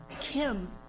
Kim